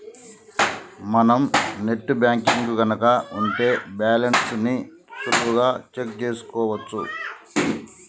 మనం net banking గనక ఉంటే బ్యాలెన్స్ ని సులువుగా చెక్ చేసుకోవచ్చు